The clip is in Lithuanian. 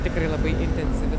tikrai labai intensyvi